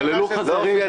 יהללוך זרים.